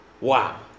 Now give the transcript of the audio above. Wow